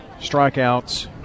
strikeouts